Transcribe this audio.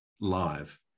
live